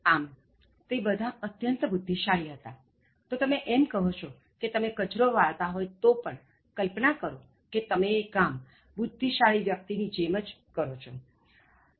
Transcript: આમતે બધા અત્યંત બુધ્ધિશાળી હતા તો તમે એમ કહો છો કે તમે કચરો વાળતા હોય તો પણ કલ્પના કરો કે તમે એ કામ બુધ્ધિશાળી વ્યક્તિ ની જેમ જ કરો છો